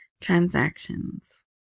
transactions